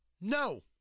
No